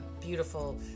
beautiful